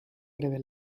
breve